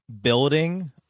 building